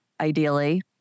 ideally